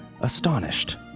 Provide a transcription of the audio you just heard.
astonished